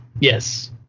Yes